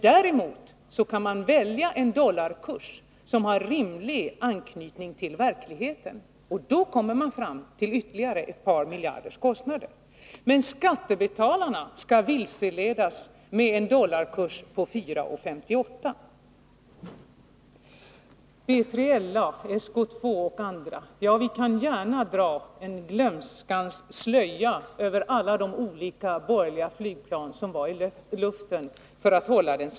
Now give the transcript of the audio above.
Däremot kan man välja en dollarkurs som har rimlig anknytning till verkligheten. Och då kommer man fram till ytterligare ett par miljarders kostnader. Men skattebetalarna skall vilseledas med en dollarkurs på 4:58.